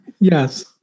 Yes